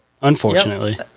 unfortunately